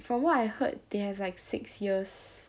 from what I heard they have like six years